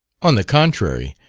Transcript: on the contrary,